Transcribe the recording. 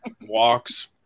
walks